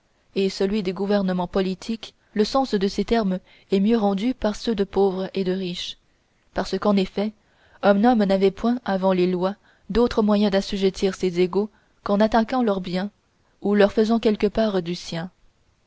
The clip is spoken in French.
et celui des gouvernements politiques le sens de ces termes est mieux rendu par ceux de pauvre et de riche parce qu'en effet un homme n'avait point avant les lois d'autre moyen d'assujettir ses égaux qu'en attaquant leur bien ou leur faisant quelque part du sien